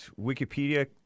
Wikipedia